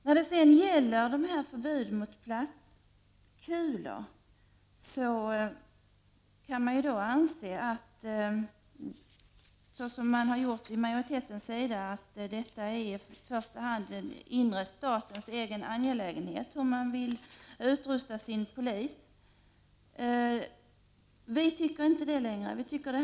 När det gäller förbudet mot plastkulor kan man anse, såsom majoriteten gör, att det i första hand är statens egen angelägenhet hur man vill utrusta sin polis. Vi reservanter tycker inte det.